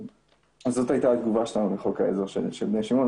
אז זאת הייתה התגובה שלנו לחוק העזר של בני שמעון.